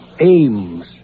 aims